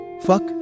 Fuck